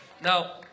Now